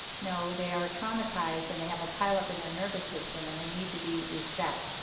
no they are traumatized and they have a pile-up in their nervous system, and they need to be reset.